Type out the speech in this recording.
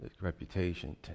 reputation